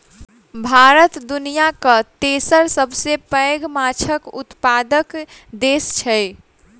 भारत दुनियाक तेसर सबसे पैघ माछक उत्पादक देस छै